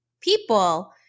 people